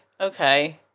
okay